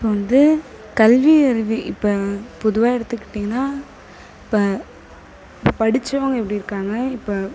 இப்போ வந்து கல்வியறிவு இப்போ பொதுவாக எடுத்துக்கிட்டீங்கன்னா இப்போ படித்தவங்க இப்போ இருக்காங்க இப்போ